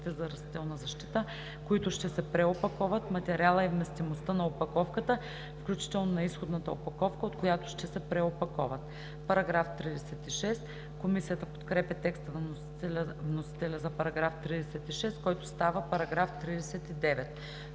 за растителна защита, които ще се преопаковат, материала и вместимостта на опаковката, включително на изходната опаковка, от която ще се преопаковат;“.“ Комисията подкрепя текста на вносителя за § 36, който става § 39.